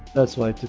that's why